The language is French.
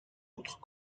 autres